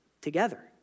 together